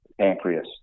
pancreas